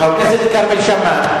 חבר הכנסת כרמל שאמה,